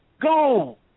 go